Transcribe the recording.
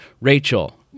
Rachel